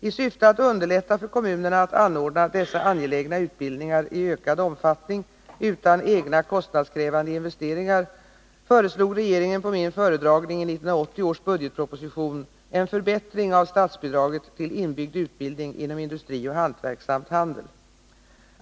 I syfte att underlätta för kommunerna att anordna dessa angelägna utbildningar i ökad omfattning utan egna kostnadskrävande investeringar föreslog regeringen på min föredragning i 1980 års budgetproposition en förbättring av statsbidraget till inbyggd utbildning inom industri och hantverk samt handel.